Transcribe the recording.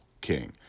King